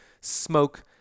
smoke